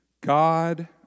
God